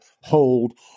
Hold